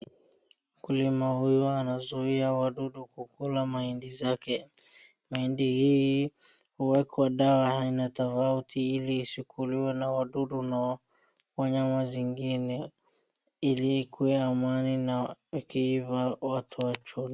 Mkulima huyu anazuia wadudu kukula mahindi zake. Mahindi hii huwekwa dawa aina tofauti ili isikuliwe na wadudu na wanyama zingine ili ikuwe amani na ikiiva watu wachune.